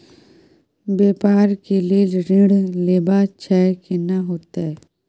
व्यापार के लेल ऋण लेबा छै केना होतै?